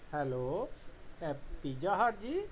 hello ਇਹ pizza hut ਜੀ